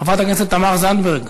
חברת הכנסת תמר זנדברג,